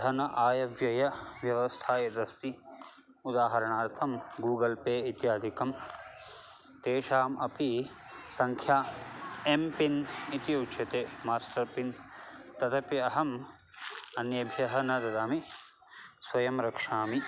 धनम् आयव्ययव्यवस्था यदस्ति उदाहरणार्थं गूगल् पे इत्यादिकं तेषाम् अपि सङ्ख्या एम् पिन् इति उच्यते मास्टर् पिन् तदपि अहम् अन्येभ्यः न ददामि स्वयं रक्षामि